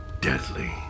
deadly